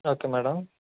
okay madam